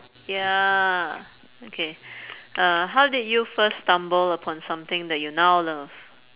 ya okay uh how did you first stumble upon something that you now love